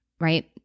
right